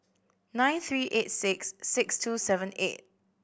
nine three eight six six two seven eight